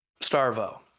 Starvo